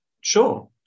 Sure